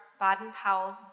Baden-Powell's